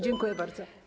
Dziękuję bardzo.